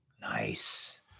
Nice